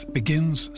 begins